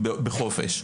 בעתיד בחופש.